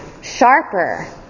sharper